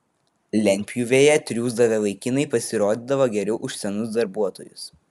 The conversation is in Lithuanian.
lentpjūvėje triūsdavę vaikinai pasirodydavo geriau už senus darbuotojus